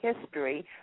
history